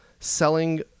Selling